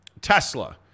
Tesla